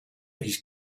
his